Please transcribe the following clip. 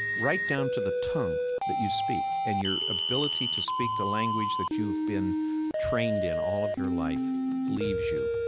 right down to the tongue that you speak, and your ability to speak the language that you've been trained in all of your life leaves you,